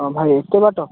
ହଁ ଭାଇ ଏତେ ବାଟ